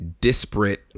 disparate